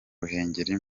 ruhengeri